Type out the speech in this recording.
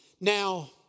Now